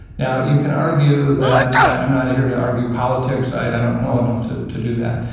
now, you can argue that, i'm not here to argue politics, i don't know enough to to do that,